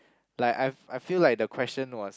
like I've I feel like the question was